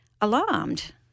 alarmed